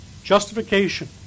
justification